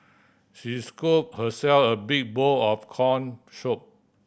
she scoop herself a big bowl of corn soup